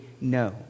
no